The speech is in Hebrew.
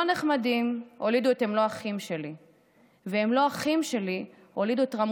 נחמדים הולידו את הם לא אחים שלי / והם לא אחים שלי הולידו את /